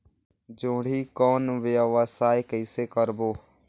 जोणी कौन व्यवसाय कइसे करबो?